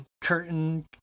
curtain